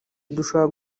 dushobore